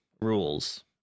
rules